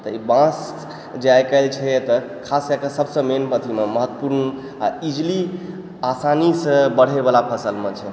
तऽ ई बाॅंस जे आइ काल्हि छै एतऽ खास कए कऽ सब सऽ मेन अथीमे महत्वपूर्ण इजीली आसानी सऽ बढै बला फसलमे छै